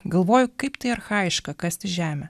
galvoju kaip tai archajiška kasti žemę